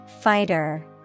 Fighter